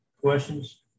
questions